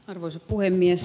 arvoisa puhemies